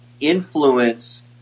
influence